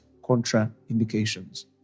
contraindications